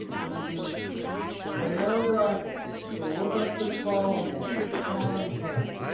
so we do square brackets to look up the column name, content,